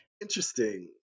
interesting